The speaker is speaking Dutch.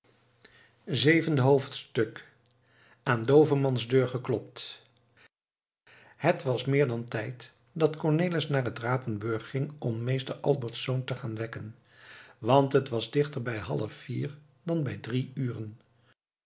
zevende hoofdstuk aan doovemans deur geklopt het was meer dan tijd dat cornelis naar het rapenburg ging om meester albertsz te gaan wekken want het was dichter bij halfvier dan bij drie uren